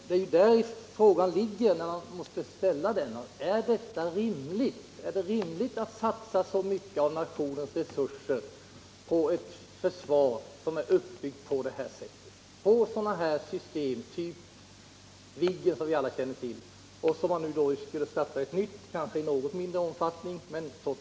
Det är där frågan ligger: Är det rimligt att satsa så mycket av nationens resurser på ett försvar som är uppbyggt på detta sätt, på system av typen Viggen och på ett nytt sådant system av typen B3LA?